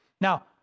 Now